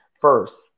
First